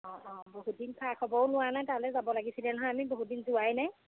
অঁ অঁ বহুত দিন খা খবৰো লোৱা নাই তালৈ যাব লাগিছিলে নহয় আমি বহুত দিন যোৱাই নাই